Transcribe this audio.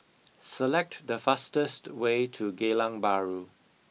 select the fastest way to Geylang Bahru